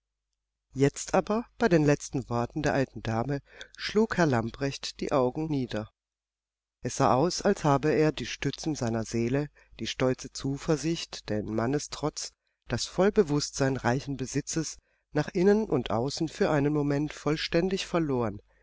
jetzt aber bei den letzten worten der alten dame schlug herr lamprecht die augen nieder er sah aus als habe er die stützen seiner seele die stolze zuversicht den mannestrotz das vollbewußtsein reichen besitzes nach innen und außen für einen moment vollständig verloren